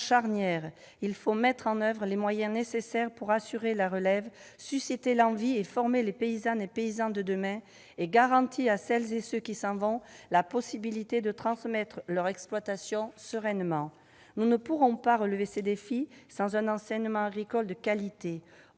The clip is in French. Il faut mettre en oeuvre les moyens nécessaires pour assurer la relève, susciter l'envie, former les paysannes et paysans de demain, et garantir à celles et ceux qui s'en vont la possibilité de transmettre sereinement leurs exploitations. Nous ne pourrons pas relever ces défis sans un enseignement agricole de qualité.